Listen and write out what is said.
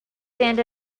send